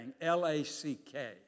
L-A-C-K